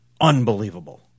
unbelievable